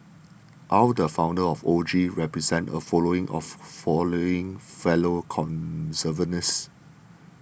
aw the founder of O G represented a following of following fellow conservationists